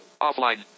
Offline